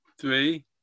three